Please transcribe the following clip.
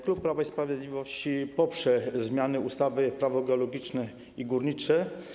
Klub Prawa i Sprawiedliwości poprze zmianę ustawy - Prawo geologiczne i górnicze.